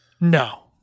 No